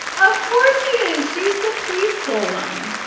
of course she is. she's the peaceful one.